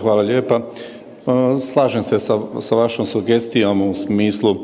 hvala lijepa. Slažem se sa vašom sugestijom u smislu